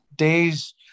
days